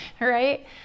Right